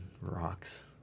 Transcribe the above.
rocks